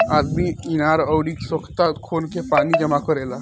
आदमी इनार अउर सोख्ता खोन के पानी जमा करेला